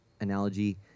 analogy